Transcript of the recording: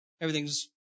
Everything's